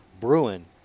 Bruin